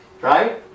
right